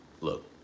look